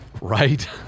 Right